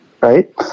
right